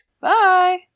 Bye